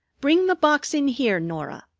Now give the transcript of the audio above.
bring the box in here, norah,